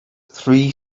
three